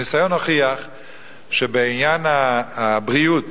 הניסיון הוכיח שבעניין הבריאות